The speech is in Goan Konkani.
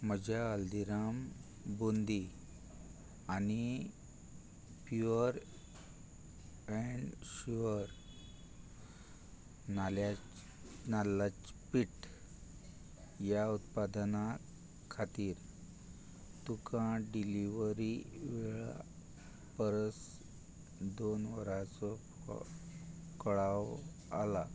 म्हज्या हल्दिराम बुंदी आनी प्युअर एंड शुअर नाल्ल्या नाल्लाचें पीठ ह्या उत्पादनां खातीर तुका डिलिव्हरी वेळा परस दोन वरांचो कळाव आला